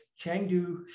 Chengdu